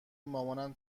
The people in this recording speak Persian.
مامانم